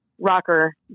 rocker